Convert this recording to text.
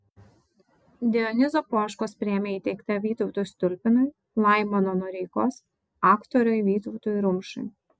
dionizo poškos premija įteikta vytautui stulpinui laimono noreikos aktoriui vytautui rumšui